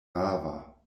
rava